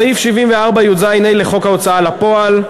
סעיף 74יז(ה) לחוק ההוצאה לפועל,